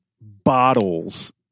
bottles